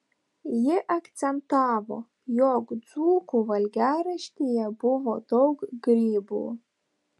ji akcentavo jog dzūkų valgiaraštyje buvo daug grybų